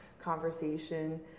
conversation